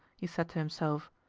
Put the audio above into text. he said to himself.